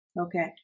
Okay